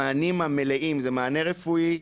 המענים המלאים הם מענה רפואי,